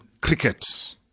cricket